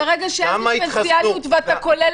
כמה --- אבל ברגע שאין דיפרנציאליות ואתה כולל